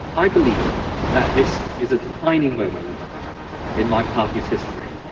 i believe that this is a defining moment in my party's history.